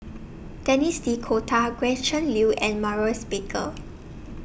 Denis D'Cotta Gretchen Liu and Maurice Baker